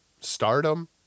stardom